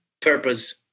purpose